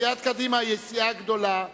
סיעת קדימה היא הסיעה הגדולה.